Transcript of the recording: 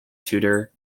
tutor